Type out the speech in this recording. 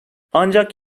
ancak